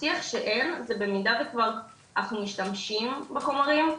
השיח שאין זה במידה וכבר אנחנו משתמשים בחומרים,